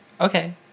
Okay